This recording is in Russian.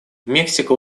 мексика